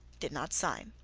did not sign.